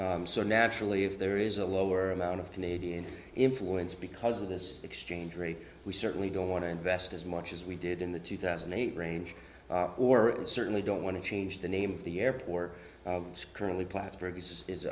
so naturally if there is a lower amount of canadian influence because of this exchange rate we certainly don't want to invest as much as we did in the two thousand and eight range or certainly don't want to change the name of the airport to currently plattsburgh is i